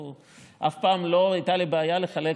אף פעם לא הייתה לי בעיה לחלק,